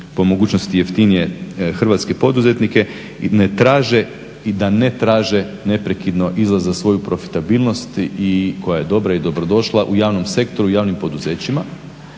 po mogućnosti jeftinije hrvatske poduzetnike i ne traže, i da ne traže neprekidno izlaz za svoju profitabilnost i koja je dobra i dobro došla u javnom sektoru i javnim poduzećima